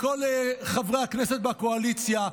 לכל חברי הכנסת מהקואליציה: